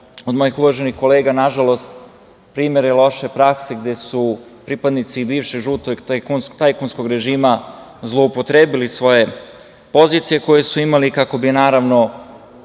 od mojih uvaženih kolega, nažalost, primere loše prakse, gde su pripadnici bivšeg žutog tajkunskog režima zloupotrebili svoje pozicije koje su imali kako bi trpali